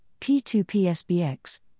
P2PSBX